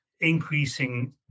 increasing